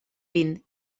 vint